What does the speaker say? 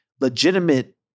legitimate